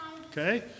Okay